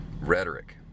Rhetoric